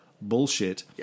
bullshit